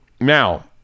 now